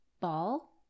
Ball